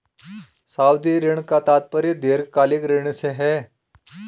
सावधि ऋण का तात्पर्य दीर्घकालिक ऋण से है